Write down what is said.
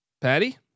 Patty